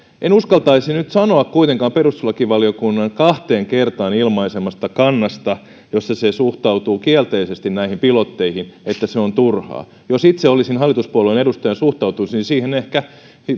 en uskaltaisi nyt sanoa kuitenkaan perustuslakivaliokunnan kahteen kertaan ilmaisemasta kannasta jossa se suhtautuu kielteisesti näihin pilotteihin että se on turhaa jos itse olisin hallituspuolueen edustaja suhtautuisin siihen ehkä